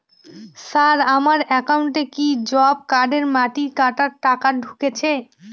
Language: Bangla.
স্যার আমার একাউন্টে কি জব কার্ডের মাটি কাটার টাকা ঢুকেছে?